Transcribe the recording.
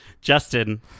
justin